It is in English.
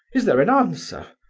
is there an answer?